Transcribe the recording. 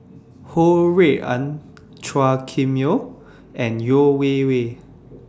Ho Rui An Chua Kim Yeow and Yeo Wei Wei